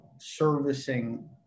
servicing